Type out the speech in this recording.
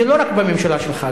זה לא רק בממשלה שלך,